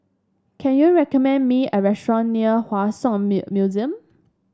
can you recommend me a restaurant near Hua Song Museum